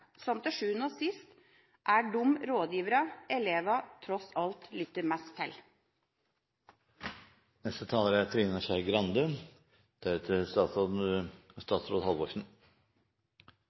som til sjuende og sist er de rådgiverne elevene tross alt lytter mest til. Det er